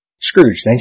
Scrooge